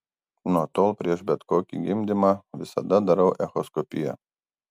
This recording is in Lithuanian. nuo tol prieš bet kokį gimdymą visada darau echoskopiją